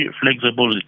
flexible